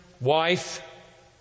wife